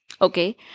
Okay